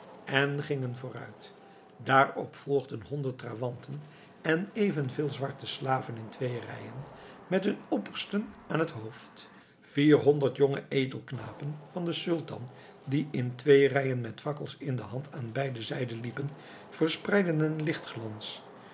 en gingen vooruit daarop volgden honderd trawanten en evenveel zwarte slaven in twee rijen met hun oppersten aan het hoofd vierhonderd jonge edelknapen van den sultan die in twee rijen met fakkels in de hand aan beide zijden liepen verspreidden